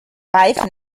reifen